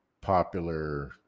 popular